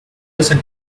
listen